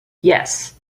yes